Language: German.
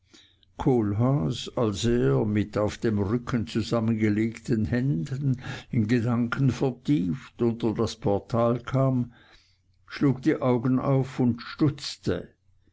als er mit auf dem rücken zusammengelegten händen in gedanken vertieft unter das portal kam schlug die augen auf und stutzte